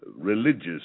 religious